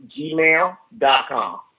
gmail.com